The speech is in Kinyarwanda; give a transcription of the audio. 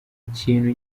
kintu